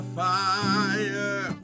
fire